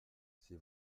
c’est